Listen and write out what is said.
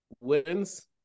wins